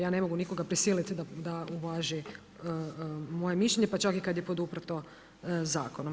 Ja ne mogu nikoga prisiliti da uvaži moje mišljenje, pa čak i kad je poduprto zakonom.